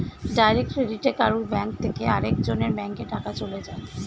direct ক্রেডিটে কারুর bank থেকে আরেক জনের ব্যাংকে টাকা চলে যায়